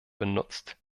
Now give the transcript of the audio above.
benutzt